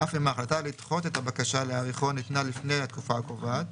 אף אם ההחלטה לדחות את הבקשה להאריכו ניתנה לפני התקופה הקובעת,